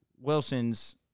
Wilson's